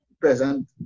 present